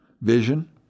vision